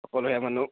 অকলশৰায়া মানুহ